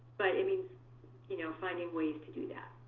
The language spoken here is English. but it means you know finding ways to do that.